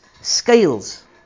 scales